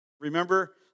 Remember